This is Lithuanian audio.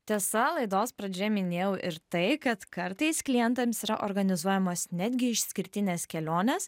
tiesa laidos pradžioje minėjau ir tai kad kartais klientams yra organizuojamos netgi išskirtinės kelionės